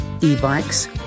e-bikes